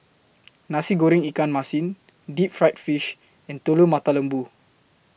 Nasi Goreng Ikan Masin Deep Fried Fish and Telur Mata Lembu